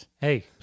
hey